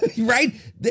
Right